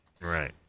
Right